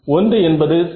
1 என்பது சரி